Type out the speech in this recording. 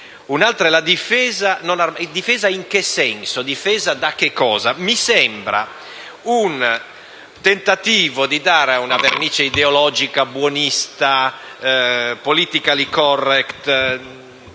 altro è la difesa non armata: in che senso? Da che cosa? Mi sembra un tentativo di dare una vernice ideologica buonista, *politically correct*,